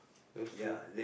that's true